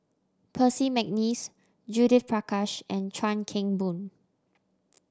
Percy McNeice Judith Prakash and Chuan Keng Boon